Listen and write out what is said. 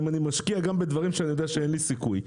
האם אני משקיע גם בדברים שאין לי סיכוי?